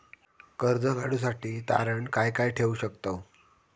कर्ज काढूसाठी तारण काय काय ठेवू शकतव?